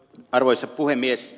arvoisa puhemies